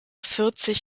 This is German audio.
vierzig